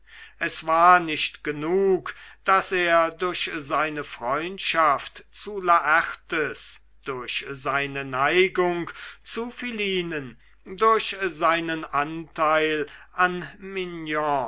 es war nicht genug daß er durch seine freundschaft zu laertes durch seine neigung zu philinen durch seinen anteil an mignon